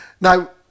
Now